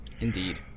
Indeed